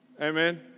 Amen